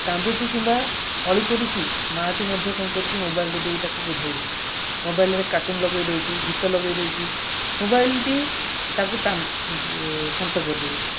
କାନ୍ଦୁଛି କିମ୍ବା ଅଳି କରୁଛି ମାଆଟି ମଧ୍ୟ କ'ଣ କରୁଛି ମୋବାଇଲ୍ଟି ଦେଇ ତାକୁ ବୁଝେଇ ଦେଉଛି ମୋବାଇଲ୍ରେ କାର୍ଟୁନ୍ ଲଗେଇ ଦେଉଛି ଗୀତ ଲଗେଇ ଦେଉଛି ମୋବାଇଲ୍ଟି ତାକୁ ଶାନ୍ତ କରିଦେଉଛି